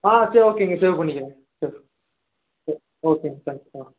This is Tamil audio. ஆ சரி ஓகேங்க சேவ் பண்ணிக்கிறேன் சரி சரி ஓகேங்க தேங்க்ஸ் ஆ